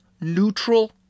neutral